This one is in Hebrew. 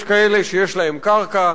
יש כאלה שיש להם קרקע,